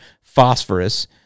phosphorus